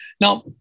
Now